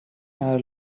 are